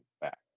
back